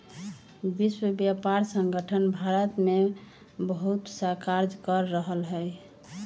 विश्व व्यापार संगठन भारत में बहुतसा कार्य कर रहले है